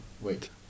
Wait